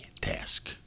task